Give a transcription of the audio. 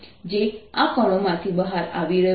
જે આ કણોમાંથી બહાર આવી રહ્યું છે